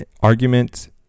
argument